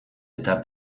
eta